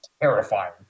terrifying